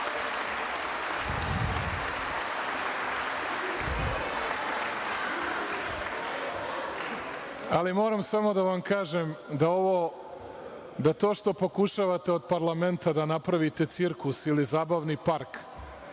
(Aplauz.)Moram samo da vam kažem da to što pokušavate da od parlamenta napravite cirkus ili zabavni park,